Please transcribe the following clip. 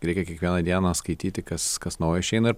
reikia kiekvieną dieną skaityti kas kas naujo išeina ir